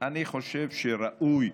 אני חושב שראוי